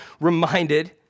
reminded